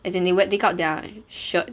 as in they wet dig out their shirt